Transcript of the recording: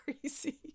crazy